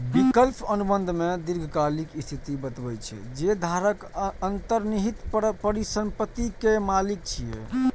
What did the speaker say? विकल्प अनुबंध मे दीर्घकालिक स्थिति बतबै छै, जे धारक अंतर्निहित परिसंपत्ति के मालिक छियै